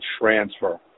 transfer